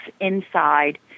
inside